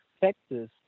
Texas